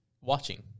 watching